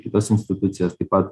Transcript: kitas institucijas taip pat